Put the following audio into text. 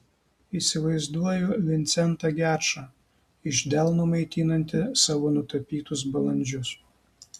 įsivaizduoju vincentą gečą iš delno maitinantį savo nutapytus balandžius